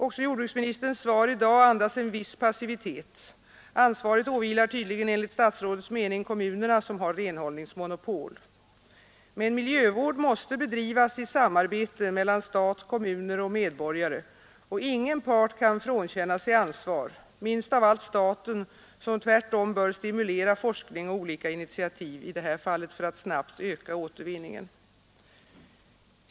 Också jordbruksministerns svar i dag andas en viss passivitet — ansvaret åvilar tydligen enligt statsrådets mening kommunerna, som har renhållningsmonopol. Men miljövård måste bedrivas i samarbete mellan stat, kommuner och medborgare, och ingen part kan frånkänna sig ansvar, minst av allt staten som tvärtom bör stimulera forskning och olika initiativ, i det här fallet för att snabbt öka återvinningen.